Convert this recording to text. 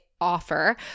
offer